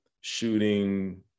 shooting